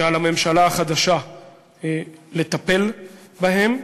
שעל הממשלה החדשה לטפל בהם,